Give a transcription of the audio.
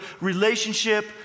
relationship